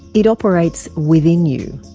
it operates within you.